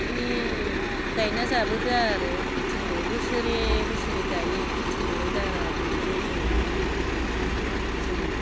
बिदिनो गायना जाबोदो आरो खिथिखौ बोसोरै बोसोरै गायो खिथिखौलाय गारा बयबो बर'नि माहारिया जोंनि